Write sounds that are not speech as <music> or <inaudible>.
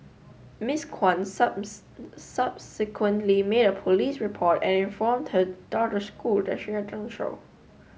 Miss Kwan <unintelligible> subsequently made a police report and informed he daughter's school that she had done so